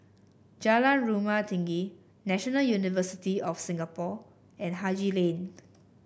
Jalan Rumah Tinggi National University of Singapore and Haji Lane